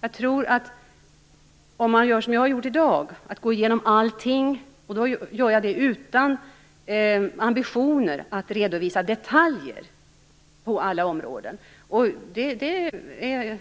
Jag har i dag gått igenom allting, och jag har gjort det utan ambitioner att redovisa detaljer på alla områden. Jag